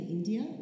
India